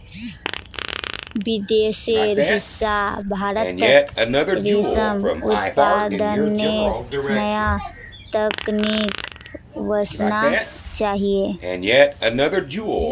विदेशेर हिस्सा भारतत रेशम उत्पादनेर नया तकनीक वसना चाहिए